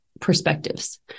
perspectives